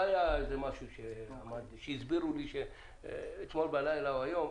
לא היה איזה משהו שהסבירו לי שאתמול בלילה או היום.